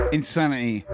Insanity